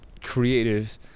creatives